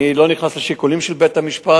אני לא נכנס לשיקולים של בית-המשפט.